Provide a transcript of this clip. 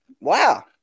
Wow